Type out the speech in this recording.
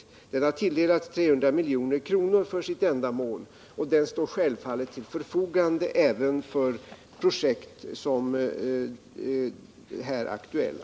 Den har för det ändamålet tilldelats 300 milj.kr., och den står självfallet till förfogande även för projekt som de här aktuella.